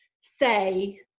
say